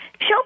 show